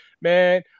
man